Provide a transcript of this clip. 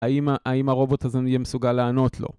האם הרובוט הזה יהיה מסוגל לענות לו?